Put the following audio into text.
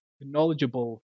knowledgeable